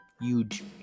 Huge